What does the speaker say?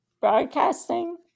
broadcasting